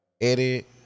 edit